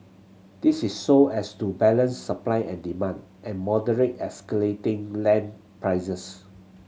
this is so as to balance supply and demand and moderate escalating land prices